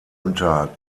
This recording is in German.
unter